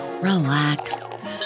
relax